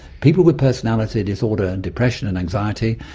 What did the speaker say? people with personality disorder and depression and anxiety,